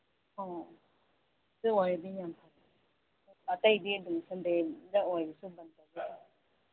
ꯑꯣ ꯑꯗꯨ ꯑꯣꯏꯔꯗꯤꯅꯦ ꯑꯇꯩꯗꯤ ꯑꯗꯨꯝ ꯁꯟꯗꯦꯗ ꯑꯣꯏꯔꯁꯨ ꯑꯗꯨꯝ ꯕꯟ ꯇꯧꯕ